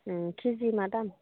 केजि मा दाम